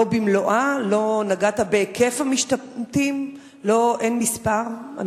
לא במלואה, לא נגעת בהיקף המשתמטים, אין מספר.